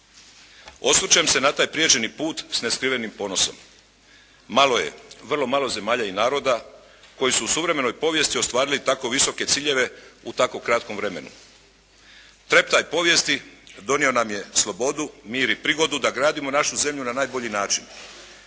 Osvrćem se na taj prijeđeni put s neskrivenim ponosom. Malo je, vrlo malo zemalja i naroda koji su u suvremenoj povijesti ostvarili tako visoke ciljeve u tako kratkom vremenu. Pred kraj povijesti donio nam je slobodu, mir i prigodu da gradimo našu zemlju na najbolji način.